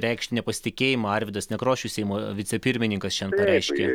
reikšti nepasitikėjimą arvydas nekrošius seimo vicepirmininkas šiandien pareiškė